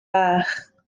bach